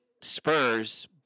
Spurs